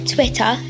Twitter